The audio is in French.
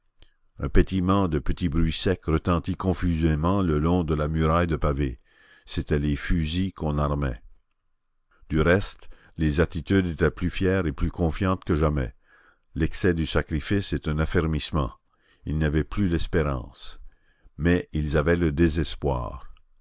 un pétillement de petits bruits secs retentit confusément le long de la muraille de pavés c'était les fusils qu'on armait du reste les attitudes étaient plus fières et plus confiantes que jamais l'excès du sacrifice est un affermissement ils n'avaient plus l'espérance mais ils avaient le désespoir